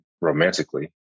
romantically